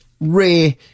rare